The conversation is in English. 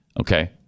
Okay